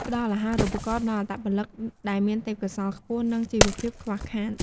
ផ្ដល់អាហារូបករណ៍ដល់អត្តពលិកដែលមានទេពកោសល្យខ្ពស់ និងជីវភាពខ្វះខាត។